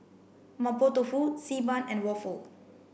Mapo Tofu xi ban and waffle